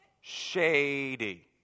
shady